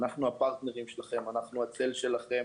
אנחנו הפרטנרים שלכם, אנחנו הצל שלכם,